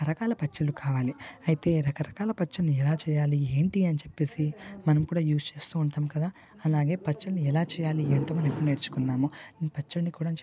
రకరకాల పచ్చళ్ళు కావాలి అయితే రకరకాల పచ్చళ్ళుని ఎలా చేయాలి ఏంటి అని చెప్పి మనం కూడా యూస్ చేస్తు ఉంటాము కదా అలాగే పచ్చడిని ఎలా చేయాలి ఏంటో మనం ఇప్పుడు నేర్చుకుందాము పచ్చడిని కూడా చెప్తాను